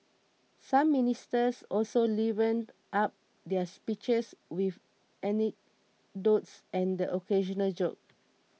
some ministers also livened up their speeches with anecdotes and the occasional joke